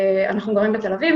אנחנו גרים בתל אביב,